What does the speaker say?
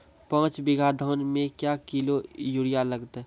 पाँच बीघा धान मे क्या किलो यूरिया लागते?